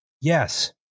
Yes